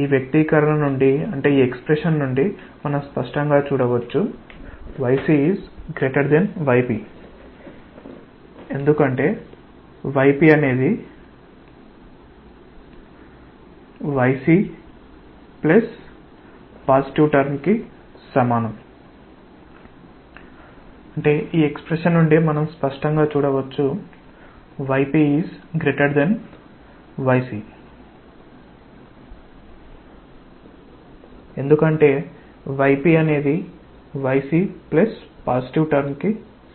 ఈ వ్యక్తీకరణ నుండి మనం స్పష్టంగా చూడవచ్చు ఆ yc yp ఎందుకంటే yp అనేది yc పాజిటివ్ టర్మ్ కి